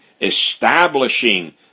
establishing